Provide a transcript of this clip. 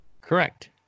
Correct